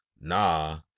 nah